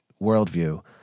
worldview